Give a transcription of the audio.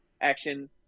action